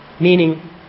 Meaning